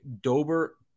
Dober